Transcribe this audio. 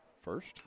first